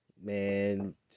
man